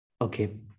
Okay